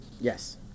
Yes